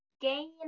gain